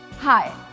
Hi